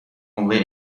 only